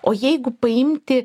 o jeigu paimti